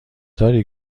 داری